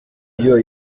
yooo